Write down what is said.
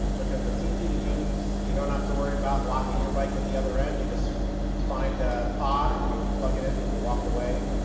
because it's easy to use. you don't have to worry about locking your bike and the other end, you just find a pod and you plug it in and you walk away.